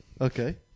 Okay